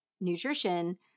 nutrition